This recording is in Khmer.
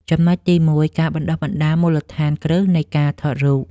ចំណុចទី១ ការបណ្តុះបណ្តាលមូលដ្ឋានគ្រឹះនៃការថតរូប។